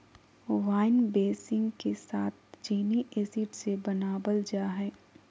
wine बेसींग के साथ चीनी एसिड से बनाबल जा हइ